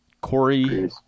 Corey